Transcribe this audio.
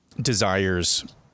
desires